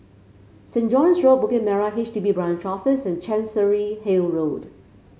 Saint John's Road Bukit Merah H D B Branch Office and Chancery Hill Road